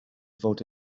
fod